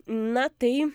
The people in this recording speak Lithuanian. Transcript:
na tai